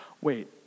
Wait